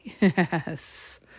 Yes